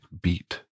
beat